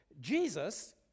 Jesus